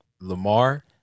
Lamar